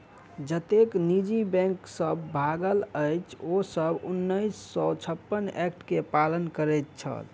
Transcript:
जतेक निजी बैंक सब भागल अछि, ओ सब उन्नैस सौ छप्पन एक्ट के पालन करैत छल